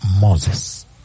Moses